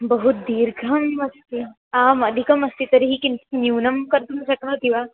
बहु दीर्घम् अस्ति आम् अधिकमस्ति तर्हि किञ्चित् न्यूनं कर्तुं शक्नोति वा